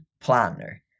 planner